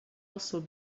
also